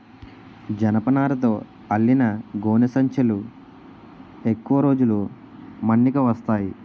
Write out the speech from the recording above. జనపనారతో అల్లిన గోనె సంచులు ఎక్కువ రోజులు మన్నిక వస్తాయి